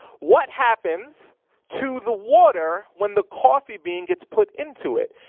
what happens to the water when the coffee bean gets put into it?